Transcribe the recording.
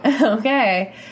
Okay